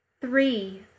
three